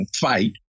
fight